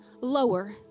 lower